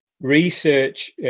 research